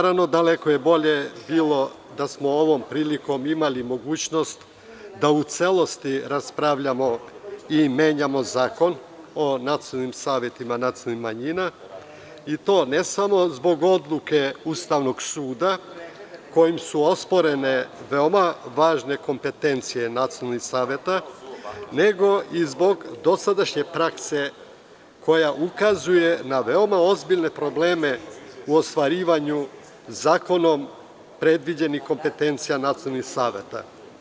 Daleko bi bolje bilo da smo imali mogućnost da u celosti raspravljamo i menjamo Zakon o nacionalnim savetima nacionalnih manjina, i to, ne samo zbog odluke Ustavnog suda kojom su osporene veoma važne kompetencije nacionalnih saveta, nego i zbog dosadašnje prakse koja ukazuje na veoma ozbiljne probleme u ostvarivanju zakonom predviđenih kompetencija nacionalnih saveta.